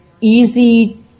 easy